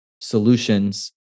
solutions